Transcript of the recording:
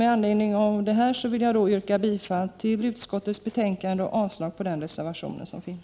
Med det jag nu har sagt vill jag yrka bifall till utskottets hemställan och avslag på reservationen.